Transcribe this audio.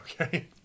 Okay